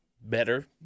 better